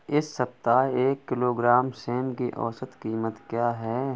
इस सप्ताह एक किलोग्राम सेम की औसत कीमत क्या है?